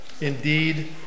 indeed